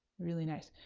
really nice.